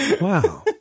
Wow